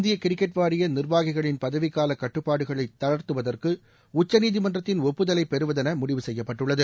இந்திய கிரிக்கெட் வாரிய நிர்வாகிகளின் பதவிக்கால கட்டுப்பாடுகளை தளர்த்துவதற்கு உச்சநீதிமன்றத்தின் ஒப்புதலை பெறுவதென முடிவு செய்யப்பட்டுள்ளது